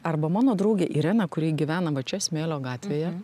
arba mano draugė irena kuri gyvena va čia smėlio gatvėje